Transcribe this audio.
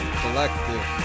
collective